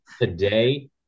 today